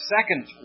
second